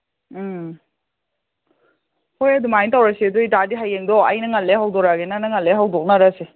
ꯎꯝ ꯍꯣꯏ ꯑꯗꯨꯃꯥꯏ ꯇꯧꯔꯁꯤ ꯑꯗꯨꯏ ꯑꯣꯏ ꯇꯥꯔꯗꯤ ꯍꯌꯦꯡꯗꯣ ꯑꯩꯅ ꯉꯜꯂꯦ ꯍꯧꯗꯣꯔꯛꯑꯒꯦ ꯅꯪꯅ ꯉꯜꯂꯦ ꯍꯧꯗꯣꯛꯅꯔꯁꯤ